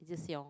just hiong